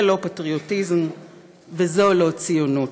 זה לא פטריוטיזם וזו לא ציונות.